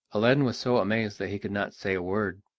aladdin was so amazed that he could not say a word.